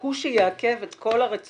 הוא שיעכב את כל הרצונות,